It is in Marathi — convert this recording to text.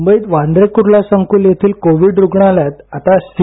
मुंबईत वांद्रे क्र्ला संकूल येथील कोविड रुग्णालयात आता सी